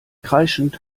kreischend